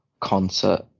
concert